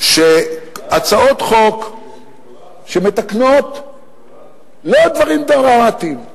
של הצעות חוק שמתקנות לא דברים דרמטיים,